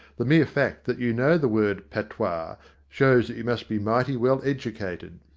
the mere fact that you know the word patois shows that you must be mighty well educated.